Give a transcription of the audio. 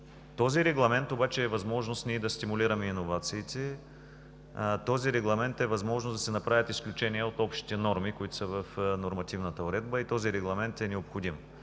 Този регламент обаче е възможност ние да стимулираме иновациите, този регламент е и възможност да се направят изключения от общите норми, които са в нормативната уредба, и този регламент е необходим